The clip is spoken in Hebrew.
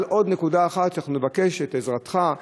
אבל עוד נקודה שאנחנו נבקש את עזרתך בה,